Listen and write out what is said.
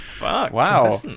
Wow